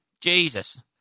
Jesus